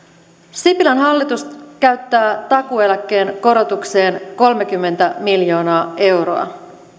sipilän hallitus käyttää takuueläkkeen korotukseen kolmekymmentä miljoonaa euroa